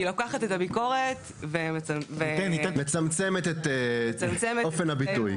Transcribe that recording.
אני לוקחת את הביקורת ו --- מצמצמת את אופן הביטוי,